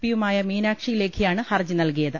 പിയുമായ മീനാക്ഷി ലേഖിയാണ് ഹർജി നൽകിയത്